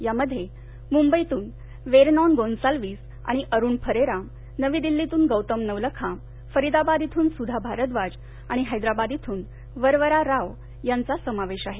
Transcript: यामध्ये मुंबईतून वेरनॉन गोन्सालविस आणि अरुण फरेरा नवी दिल्लीतून गौतम नवलखा फरीदाबाद इथून सुधा भारद्वाज आणि हस्तिबाद इथून वरवरा राव यांचा समावेश आहे